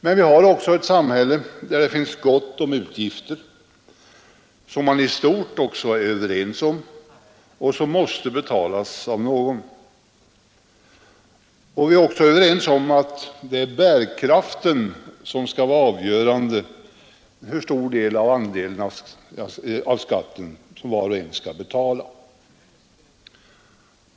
Men vi har också ett samhälle där det finns gott om utgifter, som man i stort är överens om och som måste betalas av någon. Vi är även överens om att bärkraften skall vara avgörande för hur stor del av skatten som var och en skall betala.